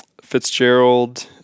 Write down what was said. Fitzgerald